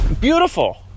beautiful